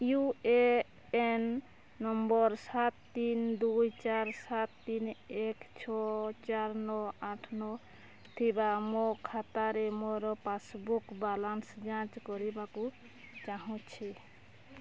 you A N number ସାତ ତିନ ଦୁଇ ଚାରି ସାତ ତିନ ଏକ ଛଅ ଚାରି ନଅ ଆଠ ନଅ ଥିବା ମୋ ଖାତାରେ ମୋର ପାସ୍ବୁକ୍ ବାଲାନ୍ସ୍ ଯାଞ୍ଚ କରିବାକୁ ଚାହୁଁଛି